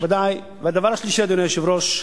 הדבר השלישי, אדוני היושב-ראש: